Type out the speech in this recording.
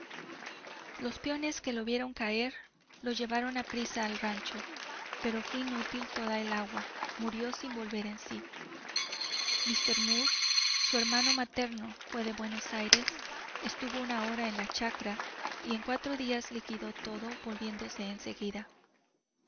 los peones que lo vieron caer lo llevaron a prisa al rancho pero fué inútil toda el agua murió sin volver en sí míster moore su hermano materno fué de buenos aires estuvo una hora en la chacra y en cuatro días liquidó todo volviéndose en seguida